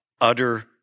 utter